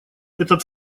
этот